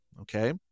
okay